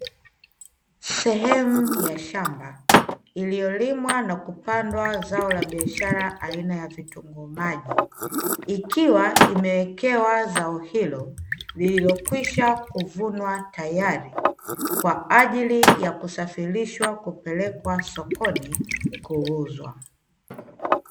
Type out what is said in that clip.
Sehemu ya shamba, iliyolimwa na kupandwa zao la biashara aina ya vitunguu maji ikiwa imewekewa zao hilo, lililokwisha kuvunwa tayari kwa ajili ya kusafirishwa kupelekwa sokoni kuuzwa.